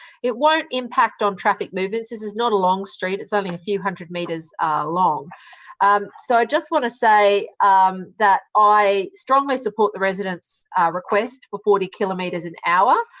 it won't impact on traffic movements. this is not a long street, it's only a few hundred metres long so i just want to say that i strongly support the residents' request for forty kilometres an hour.